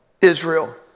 Israel